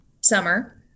summer